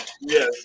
Yes